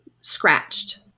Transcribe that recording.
scratched